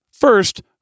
first